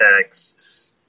texts